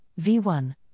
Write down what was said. V1